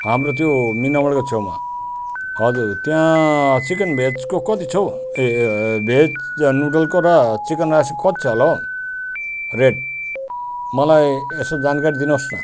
हाम्रो त्यो मिना मोडको छेउमा हजुर त्यहाँ चिकन भेजको कति छ हौ ए ए भेज नुडलको र चिकन राइसको कति छ होला हौ रेट मलाई यसो जानकारी दिनु होस् न